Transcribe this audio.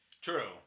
True